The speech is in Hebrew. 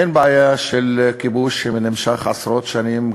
אין בעיה של כיבוש שנמשך עשרות שנים,